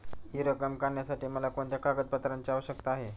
हि रक्कम काढण्यासाठी मला कोणत्या कागदपत्रांची आवश्यकता आहे?